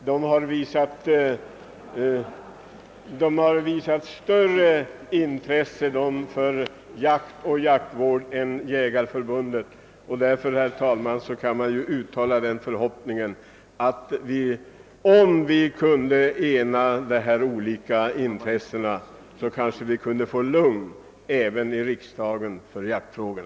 De har visat störe intresse för jaktvård än Jägareförbundet. Om vi kunde ena dessa två intressenter så kanske vi kunde få lugn för jaktfrågorna även i riksdagen.